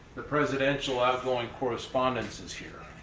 the presidential outgoing correspondence is here.